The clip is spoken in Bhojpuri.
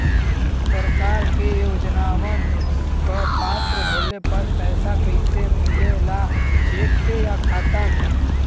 सरकार के योजनावन क पात्र होले पर पैसा कइसे मिले ला चेक से या खाता मे?